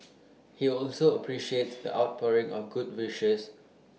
he also appreciates the outpouring of good wishes